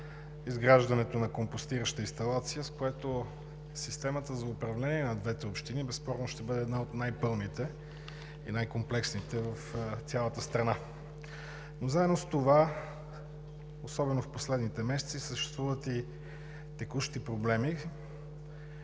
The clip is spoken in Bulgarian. изграждането на компостираща инсталация, с която системата за управление на двете общини безспорно ще бъде една от най-пълните и най-комплексните в цялата страна. Но заедно с това, особено в последните месеци, съществуват и текущи проблеми.